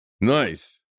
nice